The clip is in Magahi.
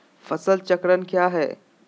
फसल चक्रण क्या है?